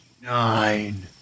Nine